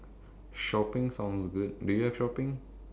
shopping sounds good do you have shopping